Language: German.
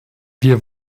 wir